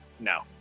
No